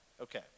okay